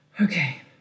Okay